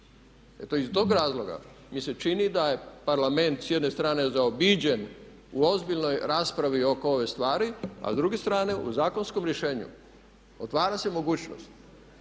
Eto iz tog razloga mi se čini da je Parlament s jedne strane zaobiđen u ozbiljnoj raspravi oko ove stvari a s druge strane u zakonskom rješenju otvara se mogućnost